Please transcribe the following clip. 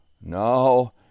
No